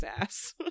ass